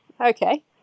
okay